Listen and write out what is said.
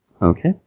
Okay